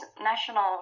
national